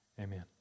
Amen